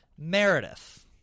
Meredith